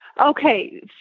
Okay